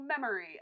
memory